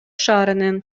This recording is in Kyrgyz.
шаарынын